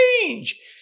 change